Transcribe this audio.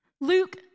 Luke